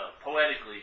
poetically